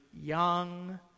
young